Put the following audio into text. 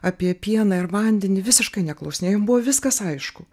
apie pieną ir vandenį visiškai neklausinėjo jiem buvo viskas aišku